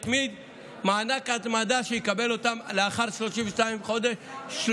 מענק ההתמדה שהוא יקבל לאחר 32 חודשים,